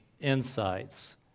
insights